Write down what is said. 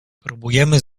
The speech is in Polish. próbujemy